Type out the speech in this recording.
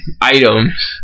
items